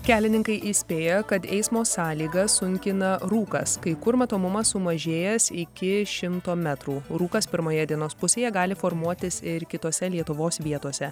kelininkai įspėja kad eismo sąlygas sunkina rūkas kai kur matomumas sumažėjęs iki šimto metrų rūkas pirmoje dienos pusėje gali formuotis ir kitose lietuvos vietose